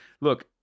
Look